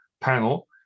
panel